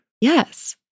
Yes